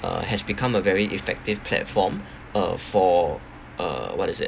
uh has become a very effective platform uh for uh what is it